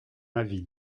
avis